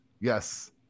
Yes